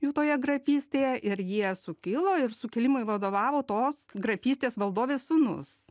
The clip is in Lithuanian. jų toje grafystėje ir jie sukilo ir sukilimui vadovavo tos grafystės valdovės sūnus